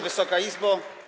Wysoka Izbo!